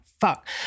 fuck